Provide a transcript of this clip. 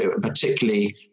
particularly